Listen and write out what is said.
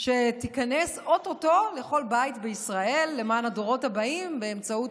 שתיכנס או-טו-טו לכל בית בישראל למען הדורות הבאים באמצעות